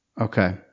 Okay